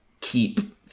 keep